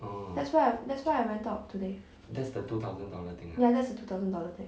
that's why I that's why I went out today that's the two thousand dollar thing